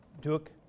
Duke